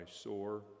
sore